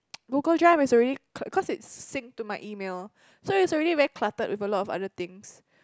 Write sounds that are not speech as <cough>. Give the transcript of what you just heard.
<noise> Google Drive is already cause cause it's sync to my email so it's already very cluttered with a lot other things